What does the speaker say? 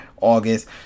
August